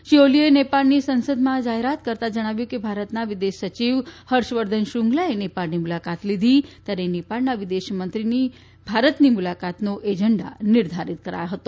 શ્રી ઓલીએ નેપાળની સંસદમાં આ જાહેરાત કરતાં જણાવ્યું હતું કે ભારતના વિદેશ સચિવ હર્ષવર્ધન શ્રૃંગલાએ નેપાળની મુલાકાત લીધી ત્યારે નેપાળના વિદેશમંત્રીની ભારતની મુલાકાતનો એજન્ડા નિર્ધારીત કરાયો હતો